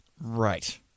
Right